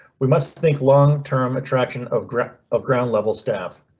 we must think long term attraction of ground of ground level staff.